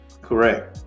correct